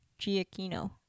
Giacchino